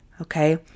Okay